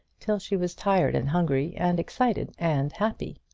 till she was tired and hungry, and excited and happy.